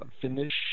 finish